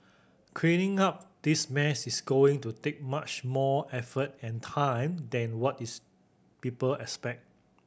cleaning up this mess is going to take much more effort and time than what is people expect